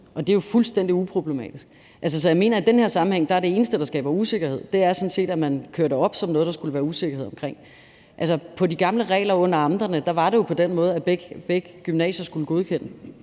det er jo fuldstændig uproblematisk. Så jeg mener i den her sammenhæng, at det eneste, der skaber usikkerhed, sådan set er, at man kører det op som noget, der skulle være usikkerhed omkring. I de gamle regler under amterne var det jo på den måde, at begge gymnasier skulle godkende